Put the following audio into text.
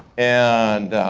and